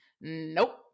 Nope